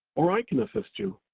or i can assist you.